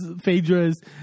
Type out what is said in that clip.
Phaedra's